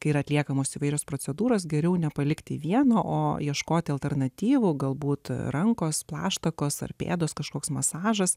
kai yra atliekamos įvairios procedūros geriau nepalikti vieno o ieškoti alternatyvų galbūt rankos plaštakos ar pėdos kažkoks masažas